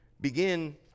begin